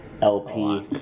LP